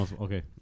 Okay